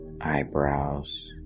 eyebrows